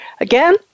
Again